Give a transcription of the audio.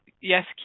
yes